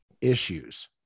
issues